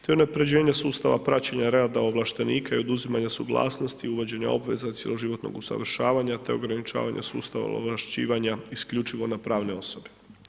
To je unaprjeđenje sustava praćenja rada ovlaštenika i oduzimanja suglasnosti, uvođenja obveza cjeloživotnog usavršavanja, te ograničavanja sustava ovlašćivanja isključivo na pravne osobe.